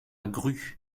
grues